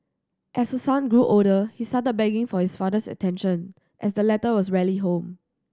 as her son grew older he started begging for his father's attention as the latter was rarely home